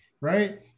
right